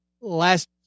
Last